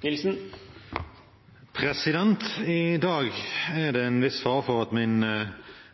det en viss fare for at min